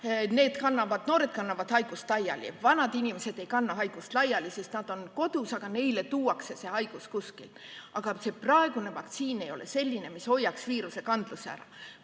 noored ära, nemad kannavad haigust laiali. Vanad inimesed ei kanna haigust laiali, sest nad on kodus, aga neile tuuakse see haigus kuskilt. Aga praegune vaktsiin ei ole selline, mis hoiaks viiruse edasikandmise ära.